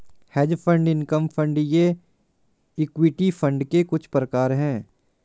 hedge fund income fund ये equity fund के कुछ प्रकार हैं